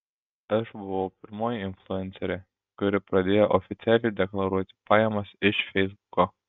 aš buvau pirmoji influencerė kuri pradėjo oficialiai deklaruoti pajamas iš feisbuko